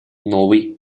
новый